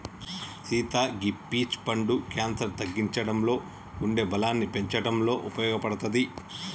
సీత గీ పీచ్ పండు క్యాన్సర్ తగ్గించడంలో గుండె బలాన్ని పెంచటంలో ఉపయోపడుతది